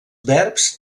verbs